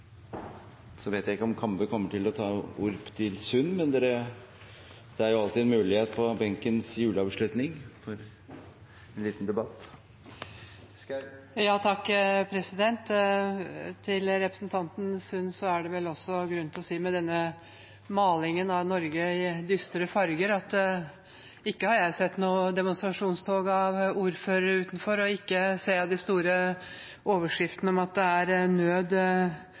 ikke om Kambe kommer til å ta ordet til Sund, men det er jo alltids en mulighet på benkens juleavslutning til en liten debatt. Til representanten Sund er det vel grunn til å si om denne malingen av Norge i dystre farger at jeg har ikke sett noe demonstrasjonstog av ordførere utenfor, og ikke ser jeg de store overskriftene om at det er nød